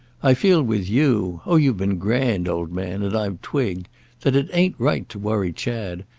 i feel with you oh you've been grand, old man, and i've twigged that it ain't right to worry chad.